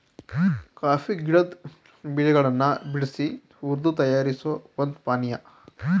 coffee ಗಿಡದ್ ಬೀಜಗಳನ್ ಬಿಡ್ಸಿ ಹುರ್ದು ತಯಾರಿಸೋ ಒಂದ್ ಪಾನಿಯಾ